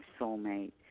soulmate